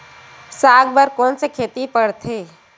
साग बर कोन से खेती परथे?